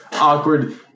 awkward